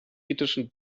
britischen